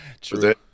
true